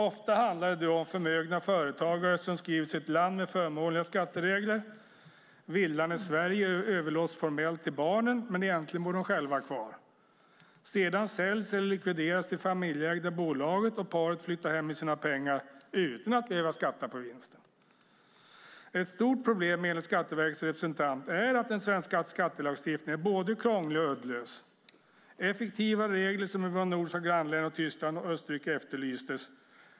Ofta handlar det om förmögna företagare som skriver sig i ett land med förmånliga skatteregler. Villan i Sverige överlåts formellt till barnen, men egentligen bor de själva kvar. Sedan säljs eller likvideras det familjeägda bolaget, och paret flyttar hem med sina pengar utan att behöva skatta för vinsten. Ett stort problem enligt Skatteverkets representant är att den svenska skattelagstiftningen är både krånglig och uddlös. Effektivare regler som i våra nordiska grannländer, Tyskland och Österrike efterlystes.